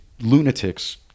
Lunatics